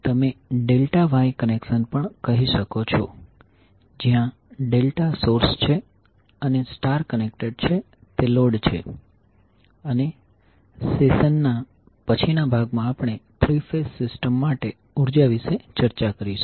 તમે delta Y connection પણ કહી શકો છો જ્યાં ડેલ્ટા સોર્સ છે અને સ્ટાર કનેક્ટેડ છે તે લોડ છે અને સેશનના પછી ના ભાગમાં આપણે થ્રી ફેઝ સિસ્ટમ માટે ઉર્જા વિશે ચર્ચા કરીશું